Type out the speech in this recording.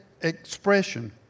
expression